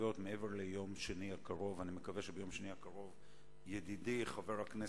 כמו